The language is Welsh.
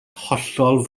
hollol